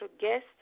guest